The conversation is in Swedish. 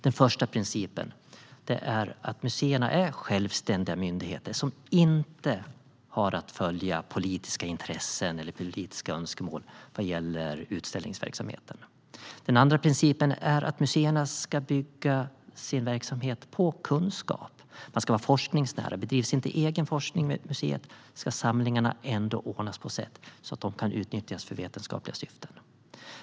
Den första principen är att museerna är självständiga myndigheter som inte har att följa politiska intressen eller politiska önskemål vad gäller utställningsverksamheterna. Den andra principen är att museerna ska bygga sin verksamhet på kunskap. De ska vara forskningsnära. Om inte egen forskning bedrivs på museet ska samlingarna ändå ordnas på sätt så att de kan utnyttjas för vetenskapliga syften.